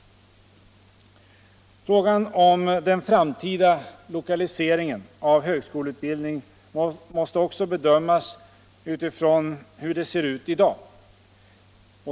Frågan om den framtida lokaliseringen av högskoleutbildningen måste också bedömas utifrån hur det ser ut i dag.